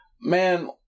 Man